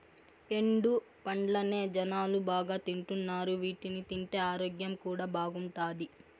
ఎండు పండ్లనే జనాలు బాగా తింటున్నారు వీటిని తింటే ఆరోగ్యం కూడా బాగుంటాది